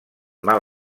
mal